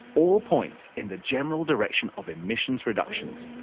all points in the general direction of emissions reductions,